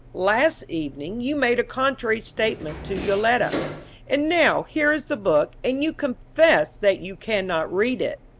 last evening you made a contrary statement to yoletta and now here is the book, and you confess that you cannot read it.